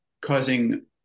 causing